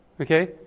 Okay